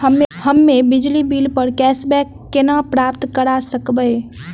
हम्मे बिजली बिल प कैशबैक केना प्राप्त करऽ सकबै?